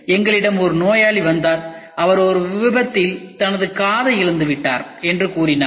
எங்களிடம் ஒரு நோயாளி வந்தார் அவர் ஒரு விபத்தில் தனது காதை இழந்துவிட்டார் என்று கூறினார்